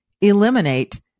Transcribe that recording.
eliminate